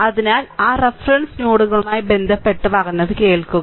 അതിനാൽ ആ റഫറൻസ് നോഡുകളുമായി ബന്ധപ്പെട്ട് പറഞ്ഞത് കേൾക്കുക